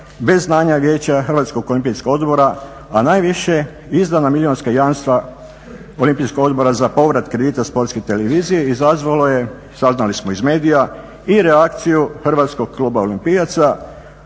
bez znanja Vijeća Hrvatskog olimpijskog odbora, a najviše izdana milijunska jamstva Olimpijskog odbora za povrat kredita Sportske televizije izazvalo je, saznali smo iz medija, i reakciju Hrvatskog kluba olimpijaca